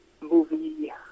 movie